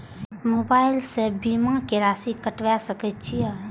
Mobile से बीमा के राशि कटवा सके छिऐ?